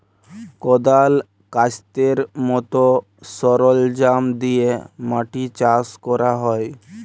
কদাল, ক্যাস্তের মত সরলজাম দিয়ে মাটি চাষ ক্যরা হ্যয়